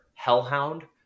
hellhound